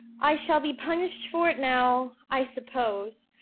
i shall be punished for it now, i suppose,